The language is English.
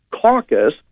caucus